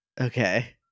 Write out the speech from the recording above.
Okay